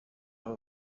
abo